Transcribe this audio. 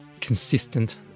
consistent